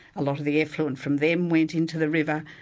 a lot of the effluent from them went into the river,